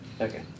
okay